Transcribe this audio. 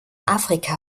afrika